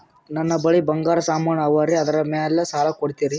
ನನ್ನ ಬಳಿ ಬಂಗಾರ ಸಾಮಾನ ಅವರಿ ಅದರ ಮ್ಯಾಲ ಸಾಲ ಕೊಡ್ತೀರಿ?